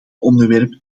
onderwerp